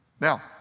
Now